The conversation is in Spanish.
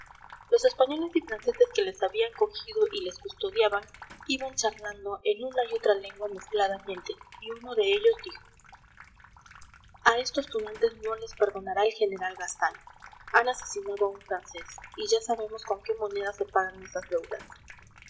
los españoles y franceses que les habían cogido y les custodiaban iban charlando en una y otra lengua mezcladamente y uno de ellos dijo a estos tunantes no les perdonará el general gazan han asesinado a un francés y ya sabemos con qué moneda se pagan estas deudas